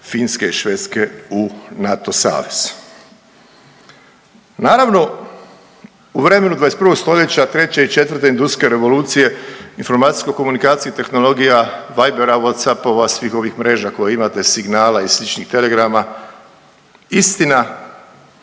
Finske i Švedske u NATO savez. Naravno u vremenu 21. stoljeća, 3. i 4. industrijske revolucije, informacijsko komunikacijskih tehnologija, Vibera, WhattsApp-ova, svih ovih mreža koje imate, signala i sličnih telegrama istina